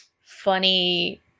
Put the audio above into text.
funny